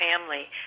family